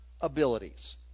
abilities